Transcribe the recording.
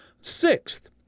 Sixth